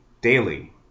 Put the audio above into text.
daily